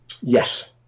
Yes